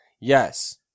Yes